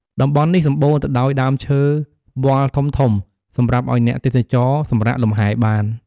តំបន់នេះសម្បូរទៅដោយដើមឈើវល្លិ៍ធំៗសម្រាប់ឱ្យអ្នកទេសចរសម្រាកលំហែបាន។